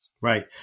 Right